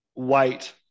white